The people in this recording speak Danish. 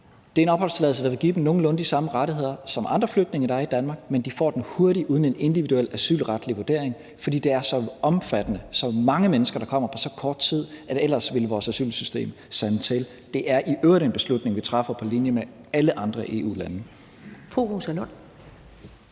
Det er en opholdstilladelse, der vil give dem nogenlunde de samme rettigheder som andre flygtninge, der er i Danmark, men de får den hurtigt uden en individuel asylretlig vurdering. Det er så omfattende, at vores asylsystem ville sande til, fordi det er så mange mennesker, der kommer på samme tid. Det er i øvrigt en beslutning, vi træffer på linje med alle andre EU-lande. Kl.